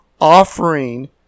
offering